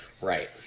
Right